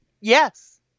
Yes